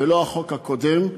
ולא החוק הקודם,